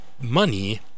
money